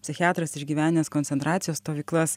psichiatras išgyvenęs koncentracijos stovyklas